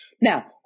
Now